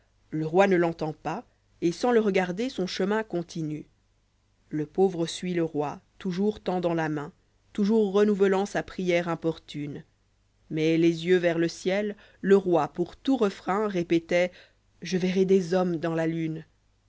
le roi ne l'entend pas et sans le regarder son chemin continue le pauvre suit le roi toujours tendant la main toujours renouvelant sa prière importune mais les yeux vers lé ciel le roi pour tout refrain répétait je verrai des hommes dans la lune